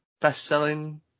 best-selling